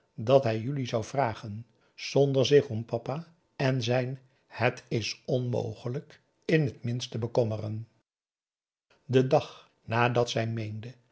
dat hij julie zou vragen zonder zich om papa en zijn het is onmogelijk in het minst te bekommeren den dag nadat zij meende